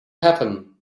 happen